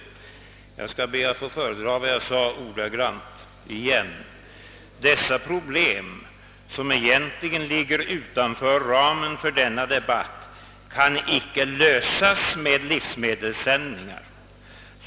Jag skall be att ordagrant få återge vad jag yttrade: »Dessa problem, som egentligen ligger utanför ramen för denna debatt, kan icke lösas med livsmedelssändningar.